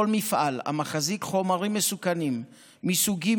כל מפעל המחזיק חומרים מסוכנים מסוגים